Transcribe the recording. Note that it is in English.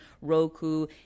Roku